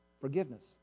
forgiveness